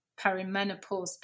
perimenopause